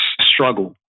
struggle